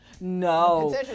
no